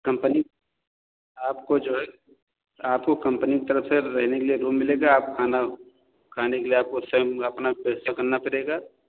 company आपको जो है आपको कम्पनी की तरफ से रहने के लिए रूम मिलेगा आप खाना खाने के लिए आपको स्वयं अपना पैसा करना पड़ेगा